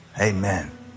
Amen